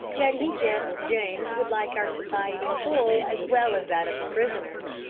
that he guessed james would like our society full as well as that of the prisoners.